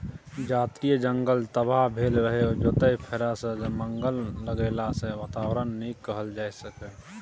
जतय जंगल तबाह भेल रहय ओतय फेरसँ जंगल लगेलाँ सँ बाताबरणकेँ नीक कएल जा सकैए